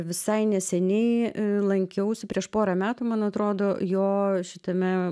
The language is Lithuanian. visai neseniai lankiausi prieš pora metų man atrodo jo šitame